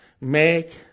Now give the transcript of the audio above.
make